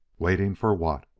waiting for what?